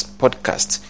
podcast